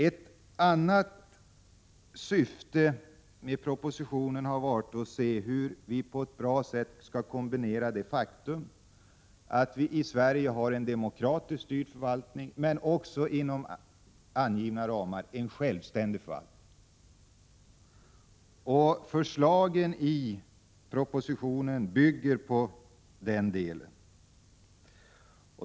Ett annat syfte med propositionen har varit att se hur vi på ett bra sätt skall kombinera det faktum att vi i Sverige har en demokratiskt styrd förvaltning, men också, inom givna ramar, än självständig förvaltning. Förslagen i propositionen bygger på detta.